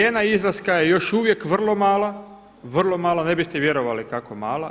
Cijena izlaska je još uvijek vrlo mala, vrlo mala, ne biste vjerovali kako mala.